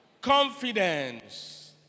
Confidence